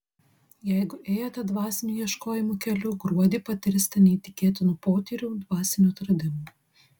jeigu ėjote dvasinių ieškojimų keliu gruodį patirsite neįtikėtinų potyrių dvasinių atradimų